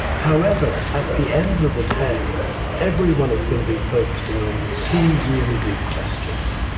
however, at the end of the day everyone is going to be focusing on the two really big questions.